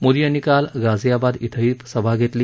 मोदी यांनी काल गाझियाबाद बेंही सभा घेतली